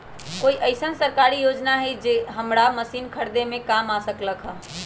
कोइ अईसन सरकारी योजना हई जे हमरा मशीन खरीदे में काम आ सकलक ह?